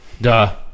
Duh